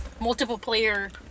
multiple-player